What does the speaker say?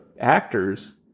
actors